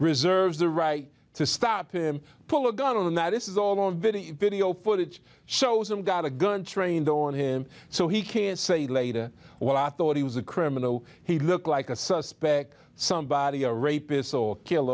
reserves the right to stop him pull a gun on that this is all of video video footage shows him got a gun trained on him so he can't say later what i thought he was a criminal he looked like a suspect somebody a rapist or kill